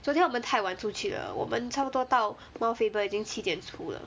昨天我们太晚出去了我们差不多到 mount faber 已经七点处了